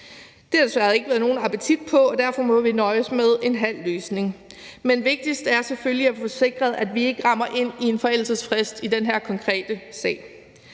desværre ikke været nogen appetit på, og derfor må vi nøjes med en halv løsning. Men vigtigst er selvfølgelig at få sikret, at vi ikke rammer ind i en forældelsesfrist i den her konkrete sag.